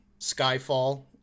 Skyfall